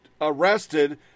arrested